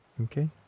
Okay